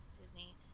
Disney